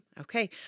Okay